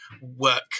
work